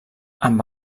amb